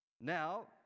Now